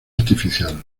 artificial